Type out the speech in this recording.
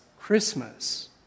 Christmas